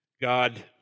God